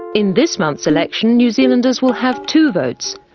in this month's election, new zealanders will have two votes.